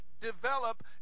develop